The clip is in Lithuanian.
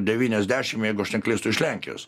devyniasdešim jeigu aš neklystu iš lenkijos